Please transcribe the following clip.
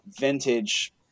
vintage